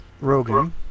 Rogan